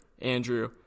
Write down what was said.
Andrew